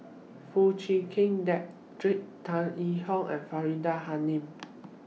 Foo Chee Keng Cedric Tan Yee Hong and Faridah Hanum